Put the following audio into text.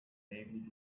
navy